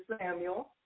Samuel